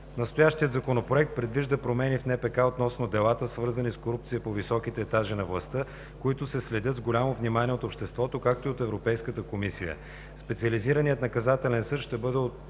Настоящият Законопроект предвижда промени в Наказателно-процесуалния кодекс относно делата, свързани с корупция по високите етажи на властта, които се следят с голямо внимание от обществото, както и от Европейската комисия. Специализираният наказателен съд ще бъде